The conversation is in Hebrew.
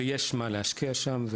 ויש מה להשקיע שם,